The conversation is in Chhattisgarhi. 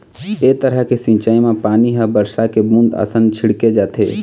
ए तरह के सिंचई म पानी ह बरसा के बूंद असन छिड़के जाथे